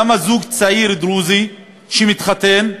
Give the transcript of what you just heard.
למה זוג דרוזי צעיר שמתחתן,